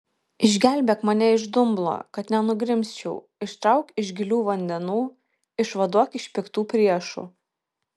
išgelbėk mane iš dumblo kad nenugrimzčiau ištrauk iš gilių vandenų išvaduok iš piktų priešų